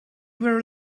were